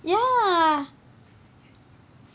ya